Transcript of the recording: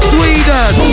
Sweden